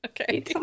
okay